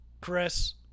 Chris